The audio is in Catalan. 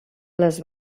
les